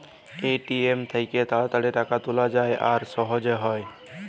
ATM থ্যাইকে তাড়াতাড়ি টাকা তুলা যায় আর সহজে হ্যয়